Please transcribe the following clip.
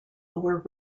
lower